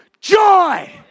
Joy